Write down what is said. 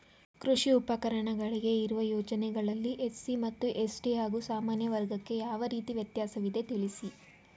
ಕೃಷಿ ಉಪಕರಣಗಳಿಗೆ ಇರುವ ಯೋಜನೆಗಳಲ್ಲಿ ಎಸ್.ಸಿ ಮತ್ತು ಎಸ್.ಟಿ ಹಾಗೂ ಸಾಮಾನ್ಯ ವರ್ಗಕ್ಕೆ ಯಾವ ರೀತಿ ವ್ಯತ್ಯಾಸವಿದೆ ತಿಳಿಸಿ?